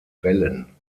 wellen